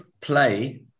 play